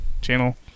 channel